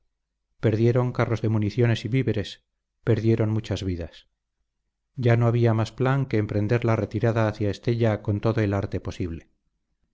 perdieron carros de municiones y víveres perdieron muchas vidas ya no había más plan que emprender la retirada hacia estella con todo el arte posible